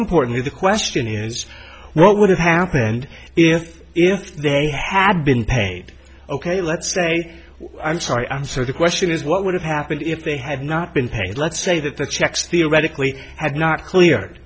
importantly the question is what would have happened if if they had been paid ok let's say i'm sorry i'm so the question is what would have happened if they had not been paid let's say that the checks theoretically had not cleared